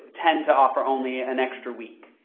tend to offer only an extra week.